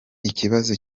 ikibazo